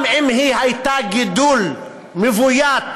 גם אם היא הייתה גידול מבוית,